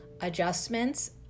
Adjustments